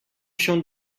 się